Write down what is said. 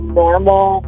normal